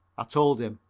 i told him.